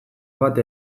bat